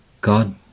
God